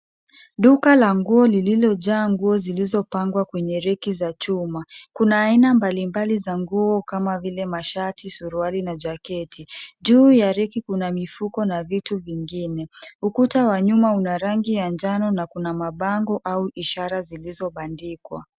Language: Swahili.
Duka la nguo lililojaa nguo zilizopangwa kwenye reki za chuma. Kuna aina mbalimbali za nguo kama vile masharti, suruali na jaketi. Juu ya reki kuna mifuko na vitu vingine. Ukuta wa nyuma una rangi ya njano na kuna mabango au ishara zilizobandikwa.